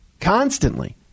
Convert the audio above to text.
constantly